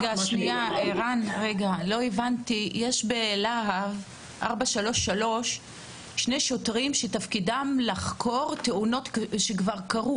יש בלהב 433 שני שוטרים שתפקידם לחקור תאונות שכבר קרו?